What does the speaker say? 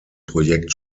projekt